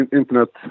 internet